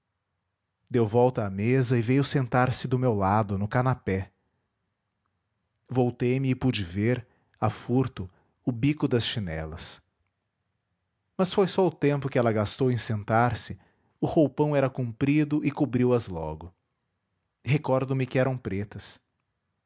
deu volta à mesa e veio sentar-se do meu lado no canapé voltei-me e pude ver a furto o bico das chinelas mas foi só o tempo que ela gastou em sentar-se o roupão era comprido e cobriu as logo recordo-me que eram pretas